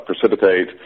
precipitate